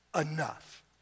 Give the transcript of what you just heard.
enough